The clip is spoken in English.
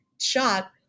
shot